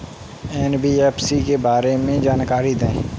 NBFC के बारे में जानकारी दें?